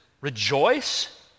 Rejoice